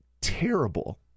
terrible